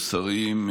השרים,